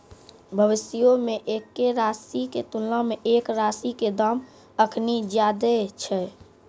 भविष्यो मे एक्के राशि के तुलना मे एक राशि के दाम अखनि ज्यादे छै